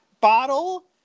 bottle